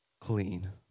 clean